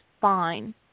fine